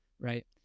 right